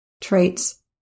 traits